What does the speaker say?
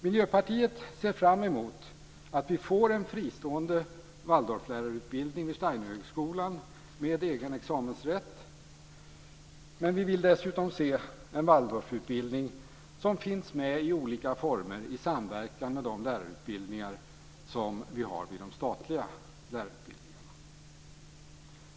Miljöpartiet ser fram emot att vi får en fristående Waldorflärarutbildning vid Rudolf Steinerhögskolan med egen examensrätt, men vi vill dessutom se en Waldorfutbildning i olika former i samverkan med de statliga lärarutbildningarna.